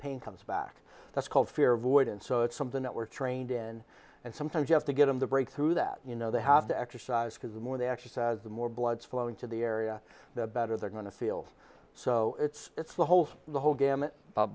pain comes back that's called fear avoidance so it's something that we're trained in and sometimes you have to give them the breakthrough that you know they have to exercise because the more they exercise the more blood flowing to the area the better they're going to feel so it's it's the whole the whole gamut